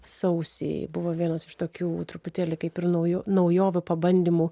sausį buvo vienas iš tokių truputėlį kaip ir naujų naujovių pabandymų